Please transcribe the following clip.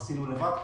עשינו לבד,